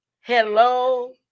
Hello